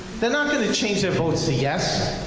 they're not gonna change their votes to yes.